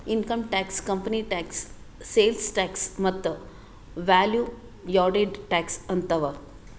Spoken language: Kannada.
income tax, company tax, sales tax ಮತ್ತ ವ್ಯಾಲೂ ಯಾಡೆಡ್ ಟ್ಯಾಕ್ಸ್ ಅಂತ್ ಅವಾ